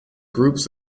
groups